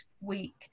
week